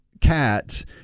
cats